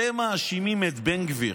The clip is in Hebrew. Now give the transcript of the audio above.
אתם מאשימים את בן גביר.